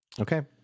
Okay